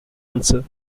answer